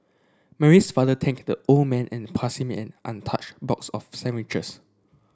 Mary's father thanked the old man and passed him an untouched box of sandwiches